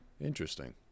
interesting